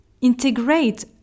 integrate